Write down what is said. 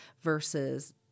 versus